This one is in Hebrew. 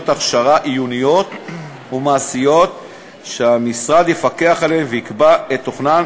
הכשרה עיוניות ומעשיות שהמשרד יפקח עליהן ויקבע את תוכנן